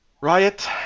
Riot